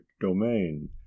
domain